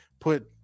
put